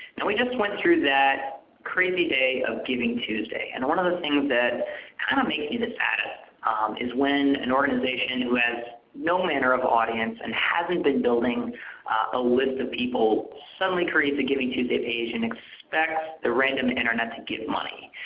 now we just went through that crazy day of givingtuesday. and one of the things that kind of makes me the saddest is when an who has no manner of audience, and hasn't been building a list of people, suddenly creates a givingtuesday page and expects the random internet to give money.